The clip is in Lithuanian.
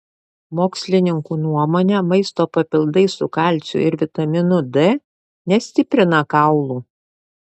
mokslininkų nuomone maisto papildai su kalciu ir vitaminu d nestiprina kaulų